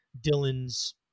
Dylan's